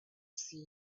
see